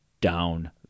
down